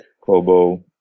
Kobo